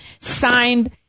signed